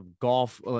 golf